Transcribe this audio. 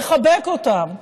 לחבק אותם,